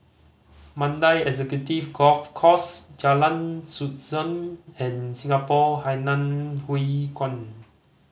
Mandai Executive Golf Course Jalan Susan and Singapore Hainan Hwee Kuan